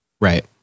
Right